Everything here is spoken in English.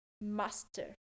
master